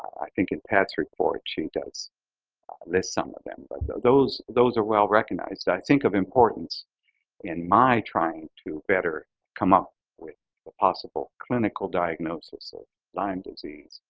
i think in pat's report she does list some of them. but so those those are well recognized. i think of importance in my trying to better come up with the possible clinical diagnosis of lyme disease.